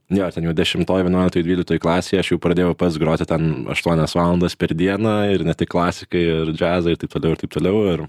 jo ten jau dešimtoj vienuoliktoj dvyliktoj klasėj aš jau pradėjau pats groti ten aštuonias valandas per dieną ir ne tik klasiką ir džiazą ir taip toliau ir taip toliau ir